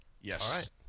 Yes